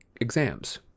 exams